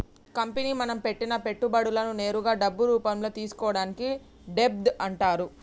company మనం పెట్టిన పెట్టుబడులను నేరుగా డబ్బు రూపంలో తీసుకోవడాన్ని డెబ్ట్ అంటరు